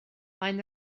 maen